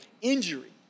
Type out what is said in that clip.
injury